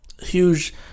huge